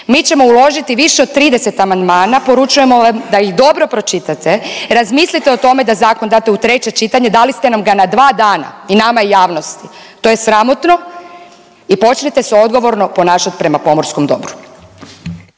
Mi ćemo uložiti više od 30 amandmana, poručujemo vam da ih dobro pročitate, razmislite o tome da zakon date u 3. čitanje, dali ste nam ga na 2 dana i nama i javnosti, to je sramotno i počnite se odgovorno ponašati prema pomorskom dobru.